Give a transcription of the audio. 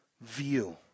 view